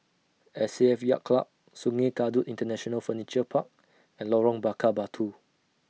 S A F Yacht Club Sungei Kadut International Furniture Park and Lorong Bakar Batu